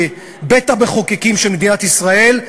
כבית-המחוקקים של מדינת ישראל,